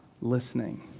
listening